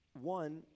One